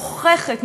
מגוחכת,